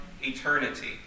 eternity